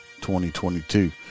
2022